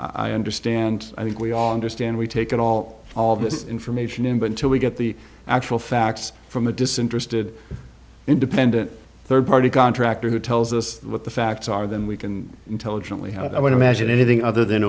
i understand i think we all understand we've taken all all of this information in but until we get the actual facts from a disinterested independent third party contractor who tells us what the facts are then we can intelligently have i would imagine anything other than